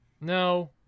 No